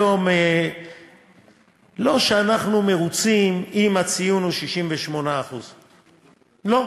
היום, לא שאנחנו מרוצים עם הציון 68% לא,